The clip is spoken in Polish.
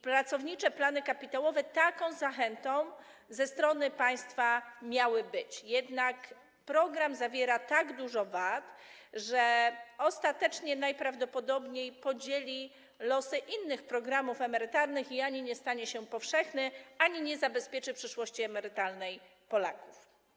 Pracownicze plany kapitałowe miały być taką zachętą ze strony państwa, jednak program zawiera tak dużo wad, że ostatecznie najprawdopodobniej podzieli losy innych programów emerytalnych i ani nie stanie się powszechny, ani nie zabezpieczy przyszłości emerytalnej Polaków.